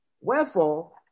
wherefore